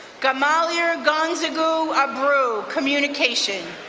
gamalia gonzagou abrew, communication.